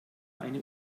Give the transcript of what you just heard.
eine